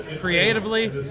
creatively